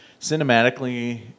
cinematically